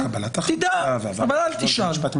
תדע, אבל אל תשאל.